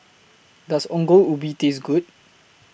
Does Ongol Ubi Taste Good